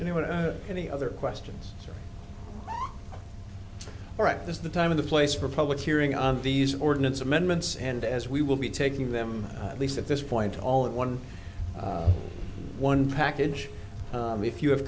know any other questions all right this is the time of the place for public hearing of these ordinance amendments and as we will be taking them at least at this point all in one one package if you have